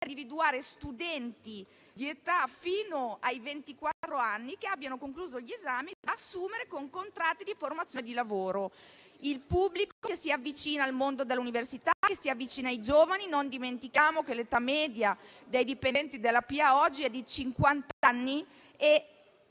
individuare studenti di età fino ai ventiquattro anni che abbiano concluso gli esami da assumere con contratti di formazione e di lavoro. Il pubblico si avvicina così al mondo dell'università, si avvicina ai giovani. Non dimentichiamo che l'età media dei dipendenti della pubblica amministrazione